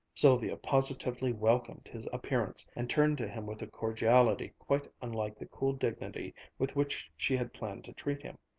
sylvia positively welcomed his appearance and turned to him with a cordiality quite unlike the cool dignity with which she had planned to treat him.